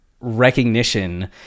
recognition